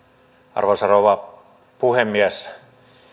arvoisa rouva puhemies